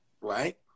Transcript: Right